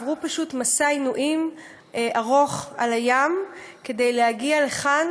עברו פשוט מסע עינויים ארוך על הים כדי להגיע לכאן